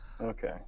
Okay